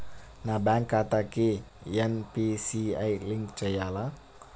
నా బ్యాంక్ ఖాతాకి NPCI link చేయాలా?